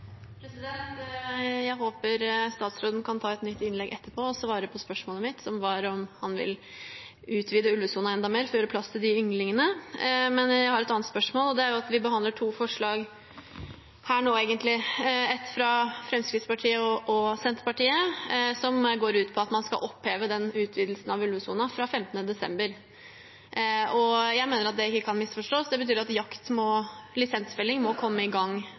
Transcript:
Jeg håper statsråden kan ta et nytt innlegg etterpå og svare på spørsmålet mitt, som var om han vil utvide ulvesonen enda mer for å gjøre plass til ynglingene. Men jeg har et annet spørsmål, og det gjelder at vi egentlig behandler to forslag her – et fra Fremskrittspartiet og Senterpartiet, som går ut på at man skal oppheve utvidelsen av ulvesonen fra 15. desember. Jeg mener at det ikke kan misforstås. Det betyr at jakt, lisensfelling, må komme i gang